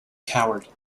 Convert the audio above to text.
coward